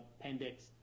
Appendix